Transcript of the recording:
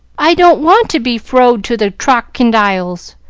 i don't want to be frowed to the trockindiles.